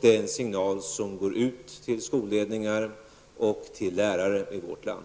Det är en signal som går ut till skolledningar och till lärare i vårt land.